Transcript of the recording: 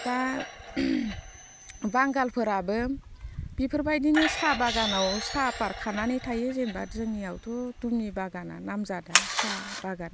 दा बांगालफोराबो बेफोरबायदिनो साहा बागानाव साहाफाट खानानै थायो जेनेबा जोंनियावथ' दुमनि बागाना नामजादा साह बागान